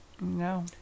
No